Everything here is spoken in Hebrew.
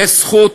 תהיה זכות,